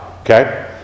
Okay